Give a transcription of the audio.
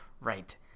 right